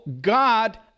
God